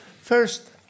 First